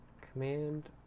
command